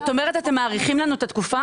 זאת אומרת, אתם מאריכים לנו את התקופה.